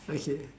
okay